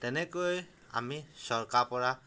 তেনেকৈ আমি চৰকাৰৰপৰা